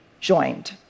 joined